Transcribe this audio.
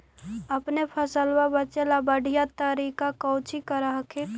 अपने फसलबा बचे ला बढ़िया तरीका कौची कर हखिन?